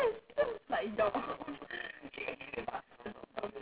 okay so ya my time to shine